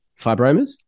Fibromas